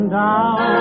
down